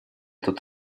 эту